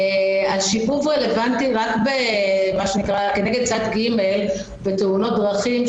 השיבוב רלוונטי רק כנגד צד ג' בתאונות דרכים,